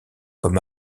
comme